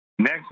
Next